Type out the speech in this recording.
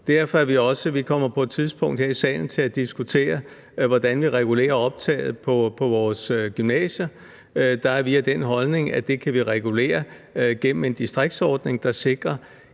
Vi kommer på et tidspunkt til at diskutere her i salen, hvordan vi regulerer optaget på vores gymnasier. Der har vi den holdning, at det kan vi regulere gennem en distriktsordning – ikke